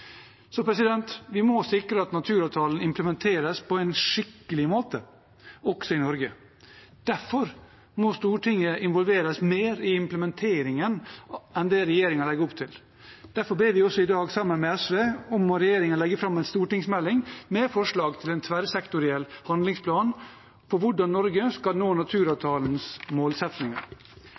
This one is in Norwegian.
Vi må sikre at naturavtalen implementeres på en skikkelig måte også i Norge. Derfor må Stortinget involveres mer i implementeringen enn det regjeringen legger opp til. Derfor ber vi også i dag, sammen med SV, om at regjeringen legger fram en stortingsmelding med forslag til en tverrsektoriell handlingsplan for hvordan Norge skal nå naturavtalens